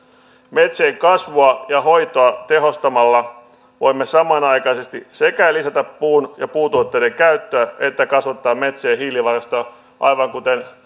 metsien kasvua ja hoitoa tehostamalla voimme samanaikaisesti sekä lisätä puun ja puutuotteiden käyttöä että kasvattaa metsien hiilivarastoja aivan kuten